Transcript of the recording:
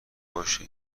باشه